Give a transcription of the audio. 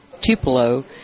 Tupelo